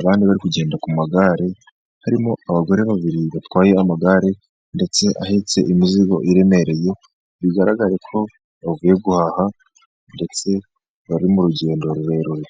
abandi bari kugenda ku magare, harimo abagore babiri batwaye amagare, ndetse ahetse imizigo iremereye ,bigaragare ko bavuye guhaha ndetse bari mu rugendo rurerure.